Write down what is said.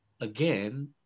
again